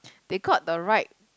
they got the right